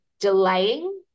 delaying